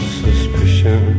suspicion